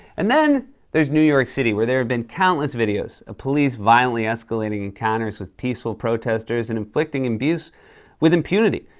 and then there's new york city, where there have been countless videos of police violently escalating encounters with peaceful protesters and inflicting abuse with impunity.